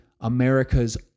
America's